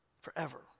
forever